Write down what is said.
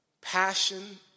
passion